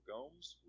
Gomes